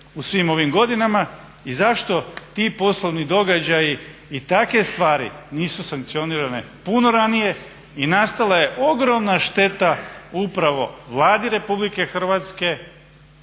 u svim ovim godinama i zašto ti poslovni događaji i takve stvari nisu sankcionirane puno ranije i nastala je ogromna šteta upravo Vladi Republike Hrvatske